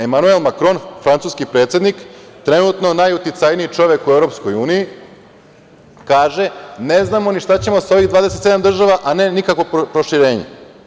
Emanuel Makron, francuski predsednik, trenutno najuticajniji čovek u EU kaže – ne znamo ni šta ćemo sa ovih 27 država, a ne nikakvo proširenje.